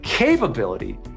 Capability